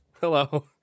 hello